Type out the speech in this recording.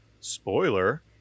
spoiler